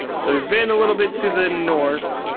so we've been a little bit to the north,